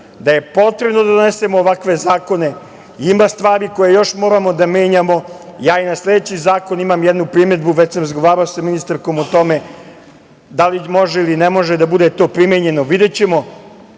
da je potrebno da donesemo ovakve zakone. Ima stvari koje još moramo da menjamo. Ja i na sledeći zakon imam jednu primedbu, već sam razgovarao sa ministarkom o tome da li može ili ne može da bude to primenjeno, videćemo,